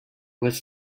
was